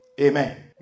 amen